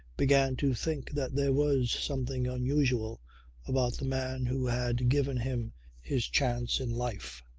began to think that there was something unusual about the man who had given him his chance in life.